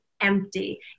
empty